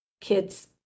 kids